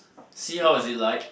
see how is it like